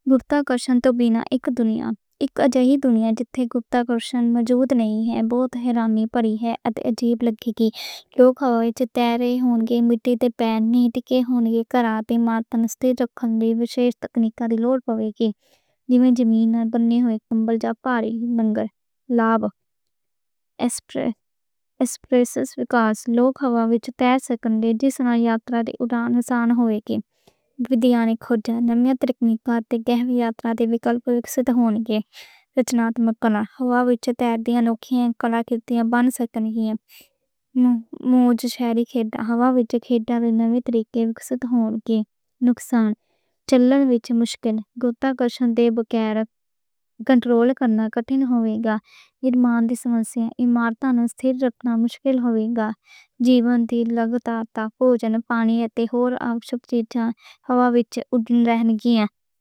گُرُتوَاکرشن توں بِنا اک دُنیا، اک اَیہو جہی دُنیا جِتّھے گُرُتوَاکرشن موجود نئیں ہے۔ بہت حیرانی تے عجیب لگے گی، لوک ہوا وِچ تیر رہے ہون گے، مِٹّی تے پَیر نئیں ٹھِکّے ہون گے، کراتے مارن لئی مخصوص تکنیکاں دی لوڑ پوے گی۔ جےمیں زمین ’تے بنن گے، کمبل یا لباس، منگروں، لاب، سپیس فلائٹس۔ لوک ہوا وِچ تیر کے سُرکن دے جہازاں دی اُڑان حساب ہون گے۔ وِگیانک نمیاں تکنیکاں تے گہِرے وچاراں دے وِکَلپ وِکّسد ہون گے۔ رچناتمک کلا ہوا وِچ تیر دے انوکھیاں کلا کرتیاں بنن سکّن گئیاں۔ موڈرن شہری کھڑا ہوا وِچ کھڑا دے نمے طریقے وِکّسد ہون گے۔ نقصان، چلن وِچ مشکل، گُرُتوَاکرشن توں بِنا کنٹرول کرنا کٹھن ہووے گا۔ ایمان دی سونسیئاں عمارتاں نوں ٹھَہر رکھنا مشکل ہووے گا، جیون دی لگت تے خوراک، پانی تے ہور آپ شے چیزاں ہوا وِچ اڑدیاں رہن گئیاں۔